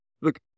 look